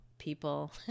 people